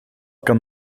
kan